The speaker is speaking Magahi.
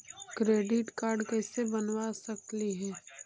क्रेडिट कार्ड कैसे बनबा सकली हे?